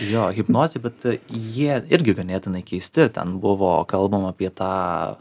jo hipnozė bet jie irgi ganėtinai keisti ten buvo kalbama apie tą